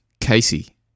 Casey